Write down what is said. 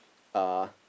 uh